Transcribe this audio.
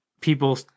people